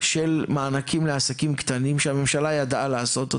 של מענקים לעסקים קטנים שהממשלה ידעה לעשות אותו.